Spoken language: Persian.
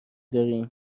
داریم